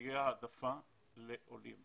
שתהיה העדפה לעולים.